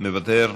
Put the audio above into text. מוותר.